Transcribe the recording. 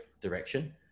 direction